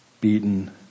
beaten